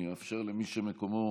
אני אאפשר למי שמקומו